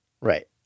Right